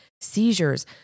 seizures